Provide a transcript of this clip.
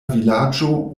vilaĝo